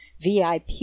VIP